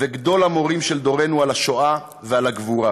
וגדול המורים של דורנו על השואה ועל הגבורה.